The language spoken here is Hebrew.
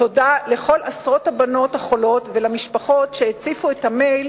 תודה לכל עשרות הבנות החולות ולמשפחות שהציפו את תיבת